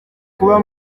kuba